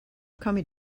coming